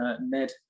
Ned